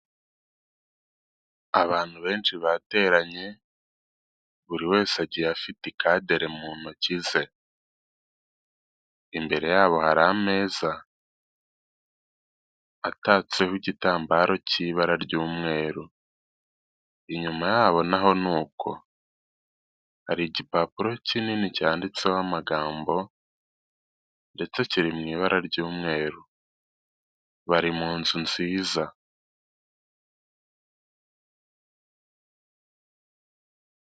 Abantu benshi bateranye buri wese agiye afite ikadere mu ntoki ze, imbere yabo hari ameza atatseho igitambaro cy'ibara ry'umweru, inyuma yabo naho ni uko hari igipapuro kinini cyanditseho amagambo ndetse kiri mu ibara ry'umweru, bari mu nzu nziza.